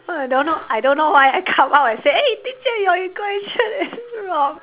I don't know I don't know why I come up and say eh teacher your equation is wrong